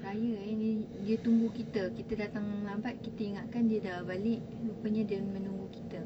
raya dia tunggu kita kita datang lambat kita ingatkan dia balik rupanya dia menunggu kita